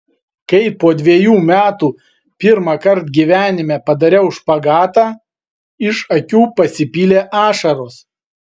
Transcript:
kai po dvejų metų pirmąkart gyvenime padariau špagatą iš akių pasipylė ašaros